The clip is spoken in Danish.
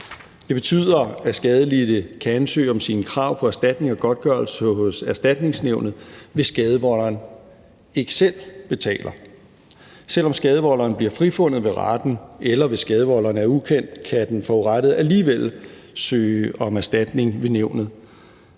Det betyder, at skadelidte kan ansøge om sine krav på erstatning og godtgørelse hos Erstatningsnævnet, hvis skadevolderen ikke selv betaler. Selv om skadevolderen bliver frifundet ved retten, eller hvis skadevolderen er ukendt, kan den forurettede alligevel søge om erstatning ved nævnet.